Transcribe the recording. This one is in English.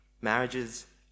marriages